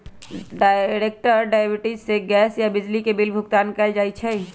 direct debit से gas या बिजली के बिल भुगतान कइल जा हई